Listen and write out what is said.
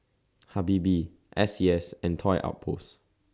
Habibie S C S and Toy Outpost